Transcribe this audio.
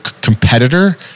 competitor